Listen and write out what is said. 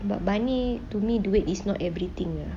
but money to me do it is not everything ah